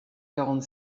quarante